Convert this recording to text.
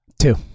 two